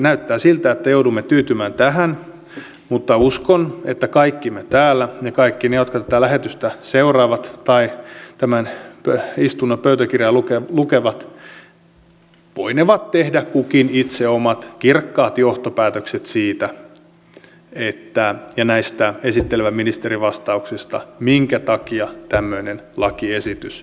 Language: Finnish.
näyttää siltä että joudumme tyytymään tähän mutta uskon että kaikki me täällä ja kaikki ne jotka tätä lähetystä seuraavat tai tämän istunnon pöytäkirjaa lukevat voinevat tehdä kukin itse omat kirkkaat johtopäätökset siitä ja näistä esittelevän ministerin vastauksista minkä takia tämmöinen lakiesitys on tehty